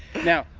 now,